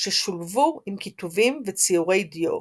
ששולבו עם כיתובים וציורי דיו,